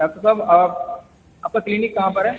doctor साहब आप आपका क्लिनिक कहाँ पर है